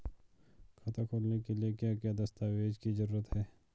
खाता खोलने के लिए क्या क्या दस्तावेज़ की जरूरत है?